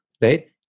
right